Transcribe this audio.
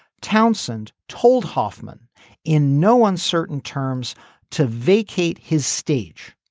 townsend told hoffman in no uncertain terms to vacate his stage.